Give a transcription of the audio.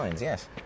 yes